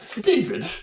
David